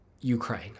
Ukraine